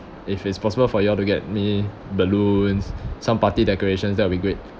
if it's possible for you all to get me balloons some party decorations that will be great